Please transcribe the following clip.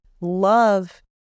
love